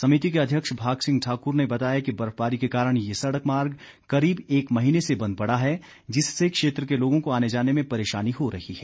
समिति के अध्यक्ष भाग सिंह ठाकुर ने बताया कि बर्फबारी के कारण ये सड़क मार्ग करीब एक महीने से बंद पड़ा है जिससे क्षेत्र के लोगों को आने जाने में परेशानी हो रही है